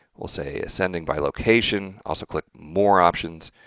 we'll say ascending by location, also click more options,